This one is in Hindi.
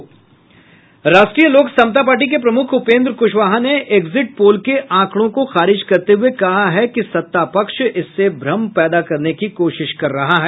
राष्ट्रीय लोक समता पार्टी के प्रमुख उपेन्द्र कुशवाहा ने एग्जिट पोल के आंकड़ों को खारिज करते हुए कहा है कि सत्तापक्ष इससे भ्रम पैदा करने की कोशिश कर रहा है